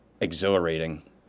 exhilarating